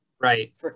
right